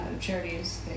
charities